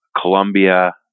Colombia